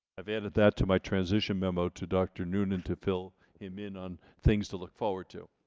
i've added that to my transition memo to dr. noonan to fill him in on things to look forward to.